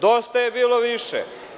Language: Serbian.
Dosta je bilo više.